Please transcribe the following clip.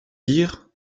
dire